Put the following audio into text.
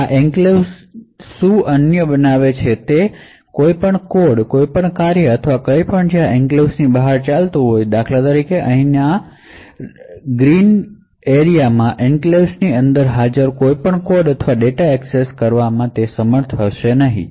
હવે આ એન્ક્લેવ્સ ને શું અનન્ય બનાવે છે તે તે છે કે કોઈપણ કોડ કોઈપણ ફંકશનઅથવા કંઈપણ જે આ એન્ક્લેવ્સ ની બહાર ચલાવતું હોય છે ઉદાહરણ તરીકે અહીંના આ લીલા પ્રદેશમાં એન્ક્લેવ્સ ની અંદર હાજર કોઈપણ કોડ અથવા ડેટા એક્સેસ કરવામાં સમર્થ હશે નહીં